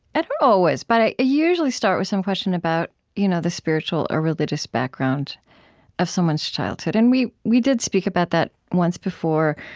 always, but i usually start with some question about you know the spiritual or religious background of someone's childhood. and we we did speak about that once before.